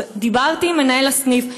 דיברתי עם מנהל הסניף.